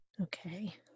Okay